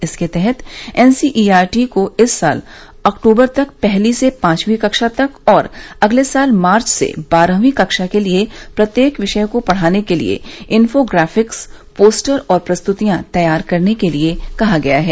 इसके तहत एनसीईआरटीको इस साल अक्टूबर तक पहली से पांचवीं कक्षा तक और अगले साल मार्च से बारहवीं कक्षा के लिए प्रत्येक विषय को पढ़ाने के लिए इन्फोग्राफिक्स पोस्टर और प्रस्तुतियां तैयार करने के लिए कहा गया है